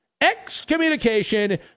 Excommunication